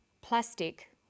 plastic